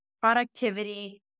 productivity